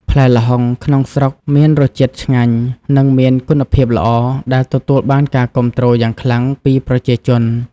ផ្លែល្ហុងក្នុងស្រុកមានរសជាតិឆ្ងាញ់ និងមានគុណភាពល្អ ដែលទទួលបានការគាំទ្រយ៉ាងខ្លាំងពីប្រជាជន។